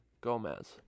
Gomez